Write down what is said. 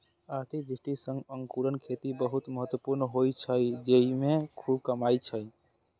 आर्थिक दृष्टि सं अंगूरक खेती बहुत महत्वपूर्ण होइ छै, जेइमे खूब कमाई छै